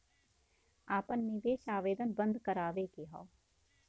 आपन निवेश आवेदन बन्द करावे के हौ?